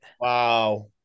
Wow